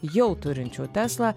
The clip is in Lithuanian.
jau turinčių teslą